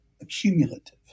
accumulative